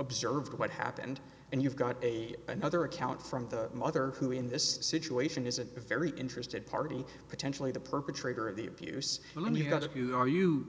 observed what happened and you've got another account from the mother who in this situation is a very interested party potentially the perpetrator of the abuse